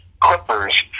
Clippers